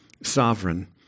sovereign